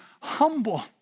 humble